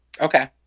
Okay